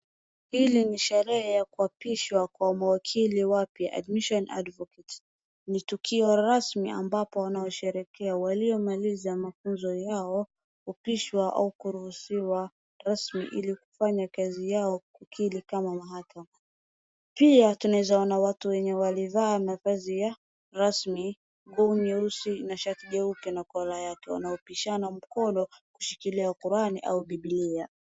Hili ni sherehe ya kuapishwa kwa mawakili wapya admission advocate . Ni tukio rasmi ambapo wanaosherekea waliomaliza mafunzo yao, kupishwa au kuruhusiwa rasmi ili kufanya kazi yao kukili kama mahakama. Pia tunaeza ona watu wenye walivaa mavazi ya rasmi, nguo nyeusi na shati jeupe na kola yake, wanaopishana mkono kushikilia Qurani au Bibilia.